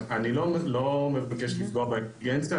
רק שאני לא מבקש לפגוע באינטליגנציה,